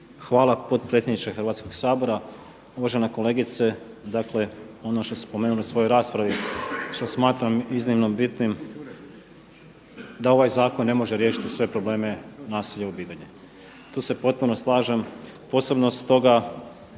Hvala potpredsjedniče Hrvatskog sabora. Uvažena kolegice. Dakle ono što ste spomenuli u svojoj raspravi što smatram iznimno bitnim da ovaj zakon ne može riješiti sve probleme nasilja u obitelji. Tu se potpuno slažem, posebno stoga